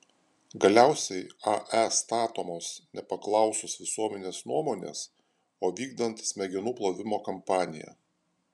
galiausiai ae statomos nepaklausus visuomenės nuomonės o vykdant smegenų plovimo kampaniją